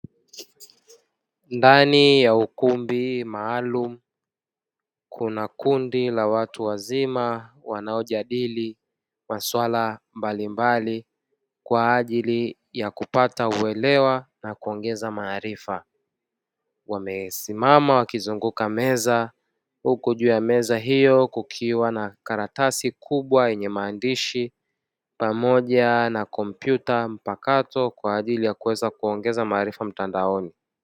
Ndani ya ukumbi maalum kuna kundi la watu wazima wanaojadili masuala mbalimbali kwa ajili ya kupata uelewa na kuongeza maarifa. Wamesimama wakizunguka meza, huku juu ya meza hio kukiwa na karatasi kubwa yenye maandishi pamoja na kompyuta mpakato kwa ajili ya kuongeza maarifa mtandaoni.